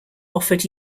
offered